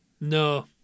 No